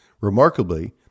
Remarkably